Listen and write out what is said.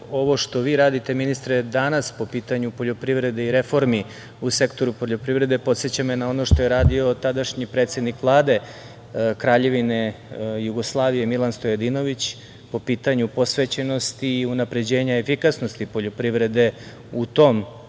ovo što vi radite ministre danas, po pitanju poljoprivrede i reformi u sektoru poljoprivrede, podseća me na ono što je radio tadašnji predsednik Vlade Kraljevine Jugoslavije, Milan Stojadinović, po pitanju posvećenosti i unapređenja efikasnosti poljoprivrede u tom